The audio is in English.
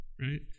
right